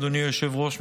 אדוני היושב-ראש,